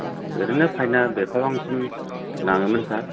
ओरैनो फाइना बेसेबांसिम नाङोमोन सार